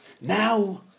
Now